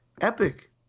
Epic